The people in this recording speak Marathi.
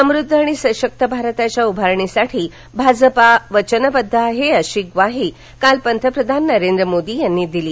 समृद्ध आणि सशक्त भारताच्या उभारणीसाठी भाजपा वचनबद्ध आहे अशी ग्वाही काल पंतप्रधान नरेंद्र मोदी यांनी दिली